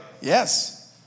Yes